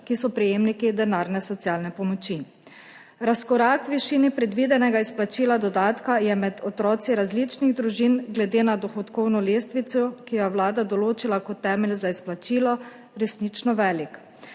ki so prejemniki denarne socialne pomoči. Razkorak v višini predvidenega izplačila dodatka je med otroki različnih družin, glede na dohodkovno lestvico, ki jo je vlada določila kot temelj za izplačilo, resnično velik.